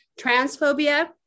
transphobia